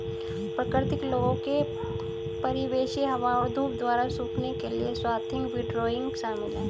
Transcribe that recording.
प्राकृतिक लोगों के परिवेशी हवा और धूप द्वारा सूखने के लिए स्वाथिंग विंडरोइंग शामिल है